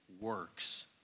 works